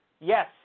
Yes